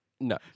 No